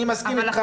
אני מסכים איתך.